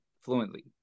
fluently